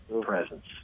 presence